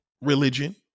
Religion